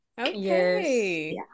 Okay